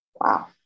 Wow